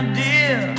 dear